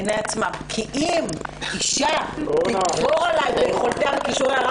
כי אם אישה תגבור עליי ביכולתה ובכישוריה,